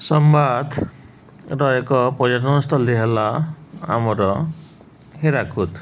ସମ୍ବାଦର ଏକ ପର୍ଯ୍ୟଟନସ୍ଥଳୀ ହେଲା ଆମର ହୀରାକୁଦ